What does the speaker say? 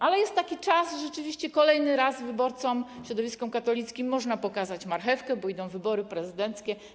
Ale jest taki czas, kiedy rzeczywiście kolejny raz wyborcom, środowiskom katolickim można pokazać marchewkę, bo idą wybory prezydenckie.